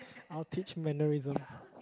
I will teach mannerism